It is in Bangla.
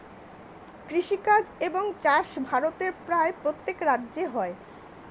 কৃষিকাজ এবং চাষ ভারতের প্রায় প্রত্যেক রাজ্যে হয়